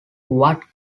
what